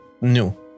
new